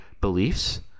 beliefs